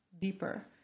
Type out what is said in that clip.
deeper